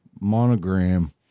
monogram